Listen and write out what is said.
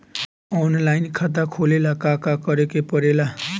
Online खाता खोले ला का का करे के पड़े ला?